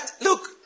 Look